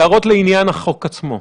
הערות לעניין החוק עצמו.